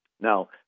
Now